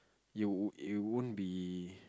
you you won't be